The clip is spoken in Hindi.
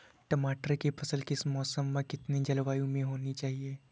टमाटर की फसल किस मौसम व कितनी जलवायु में होनी चाहिए?